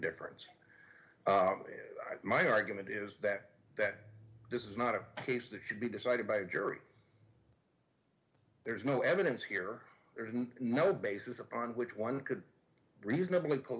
difference my argument is that that this is not a case that should be decided by a jury there is no evidence here or there is no basis upon which one could reasonably call